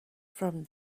from